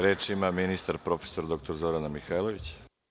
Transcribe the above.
Reč ima ministar prof. dr Zorana Mihajlović.